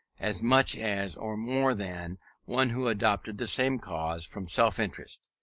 as much as or more than one who adopted the same cause from self-interest,